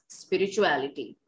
spirituality